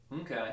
Okay